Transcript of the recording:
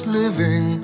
living